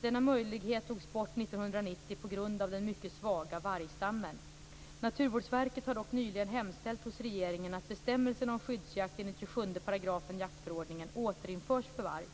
Denna möjlighet togs bort 1990 på grund av den mycket svaga vargstammen. Naturvårdsverket har dock nyligen hemställt hos regeringen att bestämmelserna om skyddsjakt enligt 27 § jaktförordningen återinförs för varg.